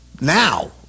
Now